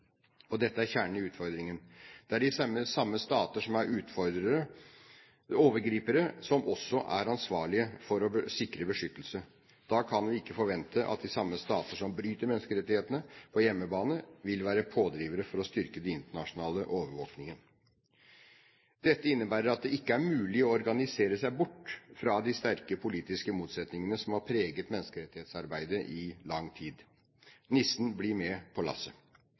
Dette er kjernen i utfordringen. Det er de samme stater som er overgripere, som også er ansvarlige for å sikre beskyttelse. Da kan vi ikke forvente at de samme stater som bryter menneskerettighetene på hjemmebane, vil være pådrivere for å styrke den internasjonale overvåkingen. Dette innebærer at det ikke er mulig å organisere seg bort fra de sterke politiske motsetningene som har preget menneskerettighetsarbeidet i lang tid. Nissen blir med på lasset.